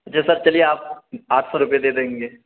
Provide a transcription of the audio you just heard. اچھا سر چلیے آپ آٹھ سو روپئے دے دیں گے